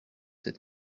sept